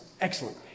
excellent